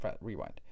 rewind